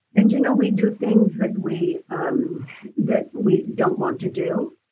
and you know we do things that we um that we don't want to do,